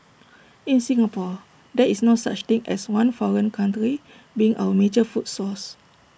in Singapore there is no such thing as one foreign country being our major food source